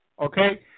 Okay